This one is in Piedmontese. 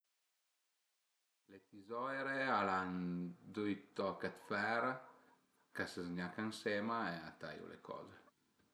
Le tizoire al an dui toc 'd fer ca së z-gnaca ënsema e a taiu le coze